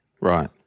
right